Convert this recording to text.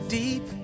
deep